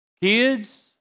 Kids